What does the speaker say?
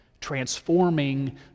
transforming